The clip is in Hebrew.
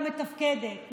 ממשלה לא מתפקדת,